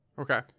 Okay